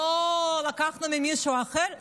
לא לקחנו ממישהו אחר.